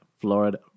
Florida